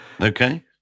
Okay